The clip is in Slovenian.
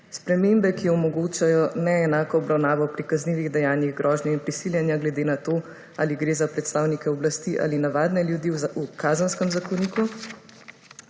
spremembe, ki omogočajo neenako obravnavo pri kaznivih dejanjih, grožnje in prisiljenja glede na to ali gre za predstavnike oblasti ali navadne ljudi v Kazenskem zakoniku.